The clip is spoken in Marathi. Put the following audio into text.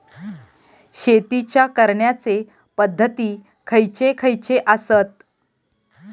शेतीच्या करण्याचे पध्दती खैचे खैचे आसत?